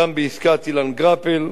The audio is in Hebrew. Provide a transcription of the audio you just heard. גם בעסקת אילן גרפל,